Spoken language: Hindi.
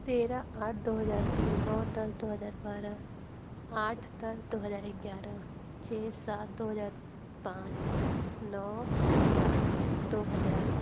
तेरह आठ दो हज़ार तीन नौ दस दो हज़ार बारह आठ दस दो हज़ार एग्यारह छः सात दो हज़ार पाँच नौ चार दो हज़ार